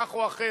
כך או אחרת,